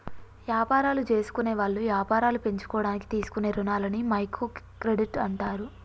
యాపారాలు జేసుకునేవాళ్ళు యాపారాలు పెంచుకోడానికి తీసుకునే రుణాలని మైక్రో క్రెడిట్ అంటారు